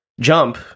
jump